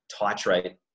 titrate